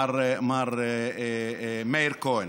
מר מאיר כהן,